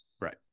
Right